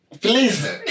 Please